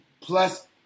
Plus